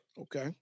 Okay